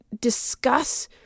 discuss